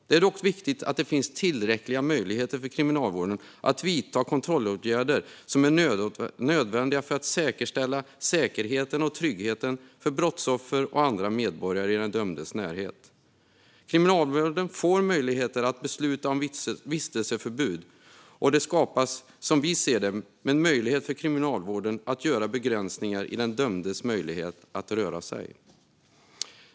Det är dock viktigt att det finns tillräckliga möjligheter för Kriminalvården att vidta de kontrollåtgärder som är nödvändiga för att säkerställa säkerheten och tryggheten för brottsoffer och andra medborgare i den dömdes närhet. Kriminalvården föreslås få möjlighet att besluta om vistelseförbud, och det skapas, som vi ser det, möjlighet för Kriminalvården att göra begränsningar i den dömdes möjlighet att röra sig.